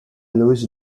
louis